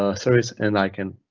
ah service and i can